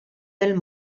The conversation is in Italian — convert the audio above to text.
del